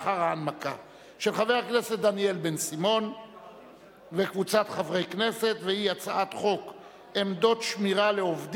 עברה בקריאה טרומית ותועבר לוועדת העבודה